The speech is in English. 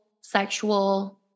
sexual